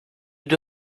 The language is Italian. due